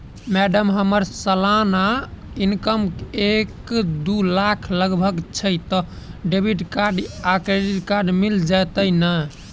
Madam हम्मर सलाना income एक दु लाख लगभग छैय तऽ डेबिट कार्ड आ क्रेडिट कार्ड मिल जतैई नै?